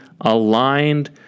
aligned